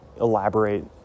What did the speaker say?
elaborate